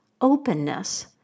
openness